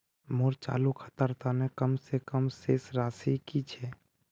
मोर चालू खातार तने कम से कम शेष राशि कि छे?